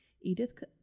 Edith